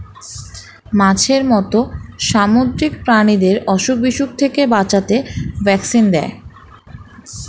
মাছের মত সামুদ্রিক প্রাণীদের অসুখ বিসুখ থেকে বাঁচাতে ভ্যাকসিন দেয়